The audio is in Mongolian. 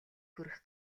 хүрэх